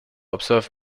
observe